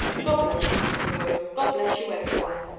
god bless you, mr. roland! god bless you everywhere!